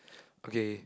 okay